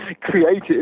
created